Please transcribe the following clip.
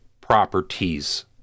properties